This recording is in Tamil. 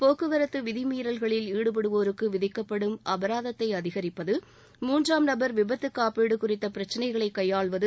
போக்குவரத்து விதிமீறல்களில் ஈடுபடுவோருக்கு விதிக்கப்படும் அபராதத்தை அதிகரிப்பது மூன்றாம் நபர் விபத்து காப்பீடு குறித்த பிரச்னைகளை கையாள்வது